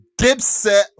Dipset